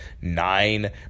Nine